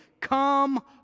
come